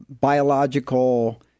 biological